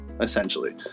essentially